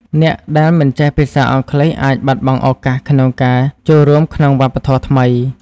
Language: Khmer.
អ្នកដែលមិនចេះភាសាអង់គ្លេសអាចបាត់បង់ឱកាសក្នុងការចូលរួមក្នុងវប្បធម៌ថ្មី។